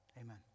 Amen